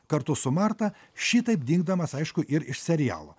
kartu su marta šitaip dingdamas aišku ir iš serialo